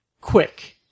quick